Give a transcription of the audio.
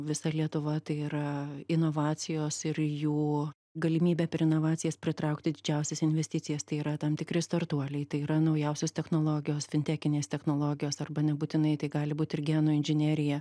visa lietuva tai yra inovacijos ir jų galimybė per inovacijas pritraukti didžiausias investicijas tai yra tam tikri startuoliai tai yra naujausios technologijos fintekinės technologijos arba nebūtinai tai gali būt ir genų inžinerija